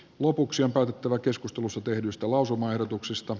lopuksi otettava keskustelussa tehdystä lausumaehdotuksista